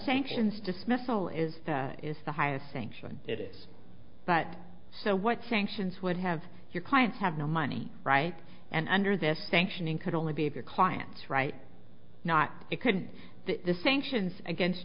sanctions dismissal is that is the highest sanction it is but so what sanctions would have your clients have no money right and under this sanctioning could only be of your client's right not it could be that the sanctions against